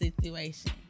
situation